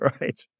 right